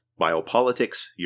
Biopolitics